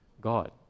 God